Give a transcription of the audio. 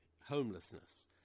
Homelessness